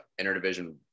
interdivision